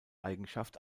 eigenschaft